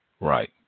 right